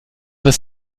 das